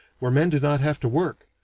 where men do not have to work,